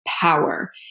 power